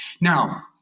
Now